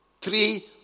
three